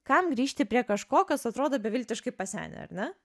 kam grįžti prie kažko kas atrodo beviltiškai pasenę ar ne